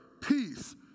peace